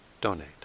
donate